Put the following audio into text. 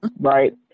right